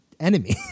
enemy